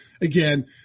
Again